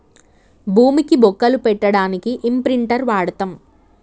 భూమికి బొక్కలు పెట్టడానికి ఇంప్రింటర్ వాడతం